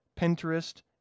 Pinterest